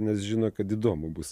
nes žino kad įdomu bus